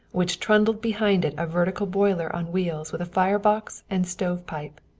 which trundled behind it a vertical boiler on wheels with fire box and stovepipe.